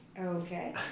Okay